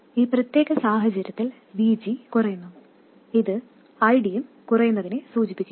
ഈ പ്രത്യേക സാഹചര്യത്തിൽ VG കുറയുന്നു ഇത് ID യും കുറയുന്നതിനെ സൂചിപ്പിക്കുന്നു